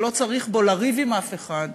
שלא צריך בו לריב עם אף אחד.